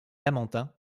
lamantins